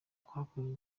kuhakorera